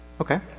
Okay